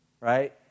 Right